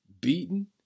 beaten